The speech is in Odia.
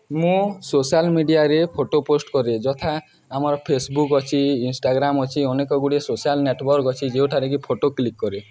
ମୁଁ ସୋସିଆଲ୍ ମିଡ଼ିଆରେ ଫଟୋ ପୋଷ୍ଟ୍ କରେ ଯଥା ଆମର ଫେସ୍ବୁକ୍ ଅଛି ଇନଷ୍ଟାଗ୍ରାମ୍ ଅଛି ଅନେକ ଗୁଡ଼ିଏ ସୋସିଆଲ୍ ନେଟ୍ୱାର୍କ୍ ଅଛି ଯେଉଁଠାରେ କି ଫଟୋ କ୍ଲିକ୍ କରେ